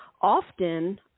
Often